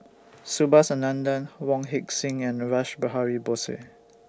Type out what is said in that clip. Subhas Anandan Wong Heck Sing and Rash Behari Bose